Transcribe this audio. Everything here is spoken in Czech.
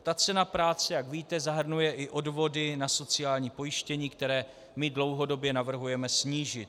Ta cena práce, jak víte, zahrnuje i odvody na sociální pojištění, které my dlouhodobě navrhujeme snížit.